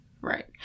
Right